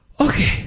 okay